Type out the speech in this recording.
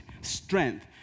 strength